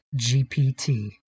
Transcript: GPT